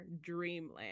Dreamland